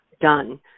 done